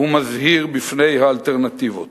ומזהיר מפני האלטרנטיבות.